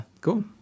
cool